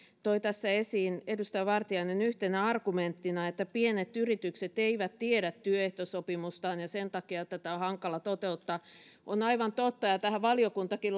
toi tässä esiin yhtenä argumenttina että pienet yritykset eivät tiedä työehtosopimustaan ja sen takia tätä on hankala toteuttaa on aivan totta ja tähän valiokuntakin